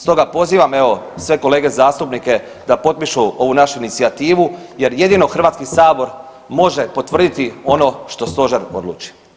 Stoga pozivam evo sve kolege zastupnike da potpišu ovu našu inicijativu jer jedino HS može potvrditi ono što stožer odluči.